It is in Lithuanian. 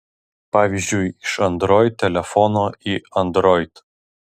pavyzdžiui iš android telefono į android